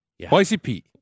YCP